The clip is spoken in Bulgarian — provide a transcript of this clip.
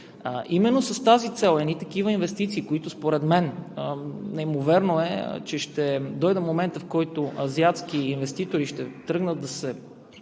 Именно с тази цел са такива инвестиции. Според мен е неимоверно, че ще дойде моментът, в който азиатски инвеститори ще тръгнат да